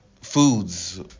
foods